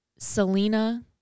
Selena